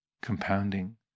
compounding